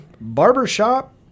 barbershop